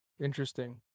Interesting